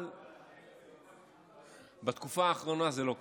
אבל בתקופה האחרונה זה לא כך.